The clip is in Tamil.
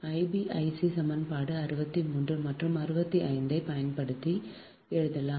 I b I c சமன்பாடு 63 மற்றும் 65 ஐப் பயன்படுத்தி எழுதுகிறோம்